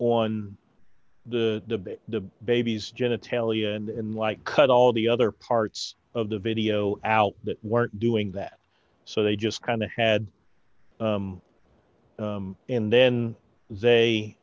on the baby's genitalia and like cut all the other parts of the video out that weren't doing that so they just kind of had and then they